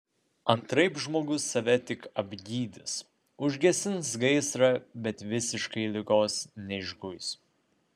antraip žmogus save tik apgydys užgesins gaisrą bet visiškai ligos neišguis